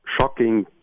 shocking